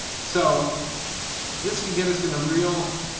so this can get us in a real,